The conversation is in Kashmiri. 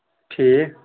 ٹھیٖک